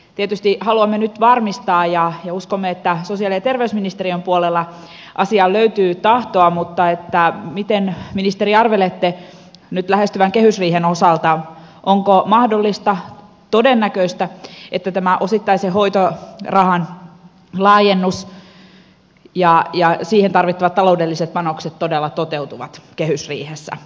tietysti haluamme nyt varmistaa ja uskomme että sosiaali ja terveysministeriön puolella asiaan löytyy tahtoa mutta miten ministeri arvelette nyt lähestyvän kehysriihen osalta onko mahdollista todennäköistä että tämä osittaisen hoitorahan laajennus ja siihen tarvittavat taloudelliset panokset todella toteutuvat kehysriihessä